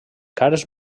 cares